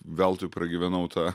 veltui pragyvenau tą